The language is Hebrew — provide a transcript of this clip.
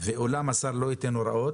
הייתי מוסיף: ואולם השר לא ייתן הוראות